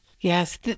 Yes